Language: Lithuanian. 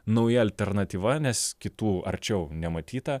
nauja alternatyva nes kitų arčiau nematyta